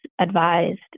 advised